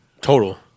total